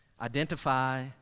Identify